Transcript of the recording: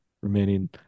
remaining